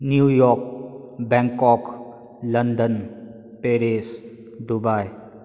New York Bangkok London Paris Dubai